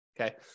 Okay